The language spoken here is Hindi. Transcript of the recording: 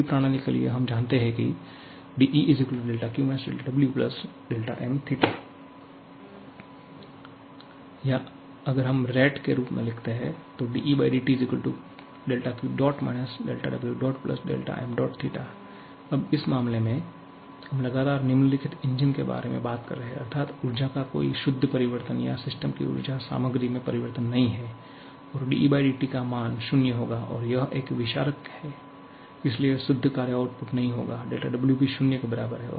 एक खुली प्रणाली के लिए हम जानते हैं कि dE δQ - δW δmθ या अगर हम रेट के रूप में लिखते हैं अब इस मामले में हम लगातार निम्नलिखित इंजन के बारे में बात कर रहे हैं अर्थात ऊर्जा का कोई शुद्ध परिवर्तन या सिस्टम की ऊर्जा सामग्री में परिवर्तन नहीं है और dEdT का मान 0 होगा और यह एक विसारक है इसलिए शुद्ध कार्य आउटपुट नहीं होगा W भी शून्य के बराबर है